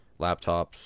laptops